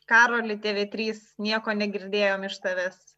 karoli tv trys nieko negirdėjom iš tavęs